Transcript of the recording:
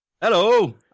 Hello